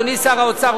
אדוני שר האוצר,